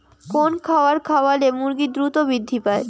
কোন খাবার খাওয়ালে মুরগি দ্রুত বৃদ্ধি পায়?